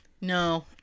No